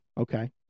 Okay